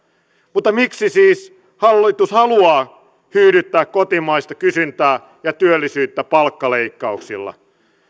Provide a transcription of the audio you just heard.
mutta miksi siis hallitus haluaa hyydyttää kotimaista kysyntää ja työllisyyttä palkkaleikkauksilla